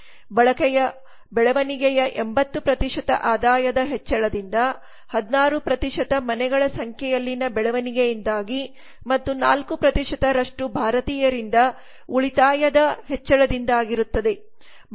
ಬಳಕೆಯ ಬೆಳವಣಿಗೆಯ 80 ಆದಾಯದ ಹೆಚ್ಚಳದಿಂದ 16 ಮನೆಗಳ ಸಂಖ್ಯೆಯಲ್ಲಿನ ಬೆಳವಣಿಗೆಯಿಂದಾಗಿ ಮತ್ತು 4 ರಷ್ಟು ಭಾರತೀಯರಿಂದ ಉಳಿತಾಯದ ಹೆಚ್ಚಳದಿಂದಾಗಿರುತ್ತದೆ